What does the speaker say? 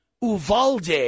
Uvalde